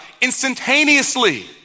instantaneously